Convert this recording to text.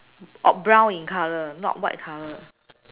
orh brown in colour not white colour